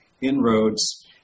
inroads